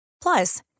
Plus